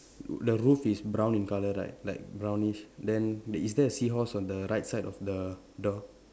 the roof is brown in colour right like brownish then is there a seahorse on the right side of the door